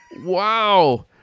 Wow